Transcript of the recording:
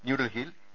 ന്യൂഡൽഹിയിൽ എ